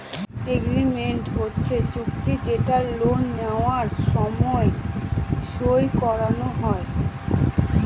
agreement হচ্ছে চুক্তি যেটা লোন নেওয়ার সময় সই করানো হয়